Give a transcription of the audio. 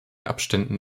abständen